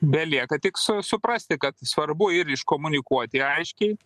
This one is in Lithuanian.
belieka tik su suprasti kad svarbu ir iškomunikuoti aiškiai